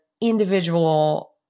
individual